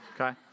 okay